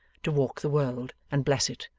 to walk the world, and bless it.